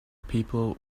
people